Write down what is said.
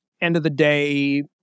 end-of-the-day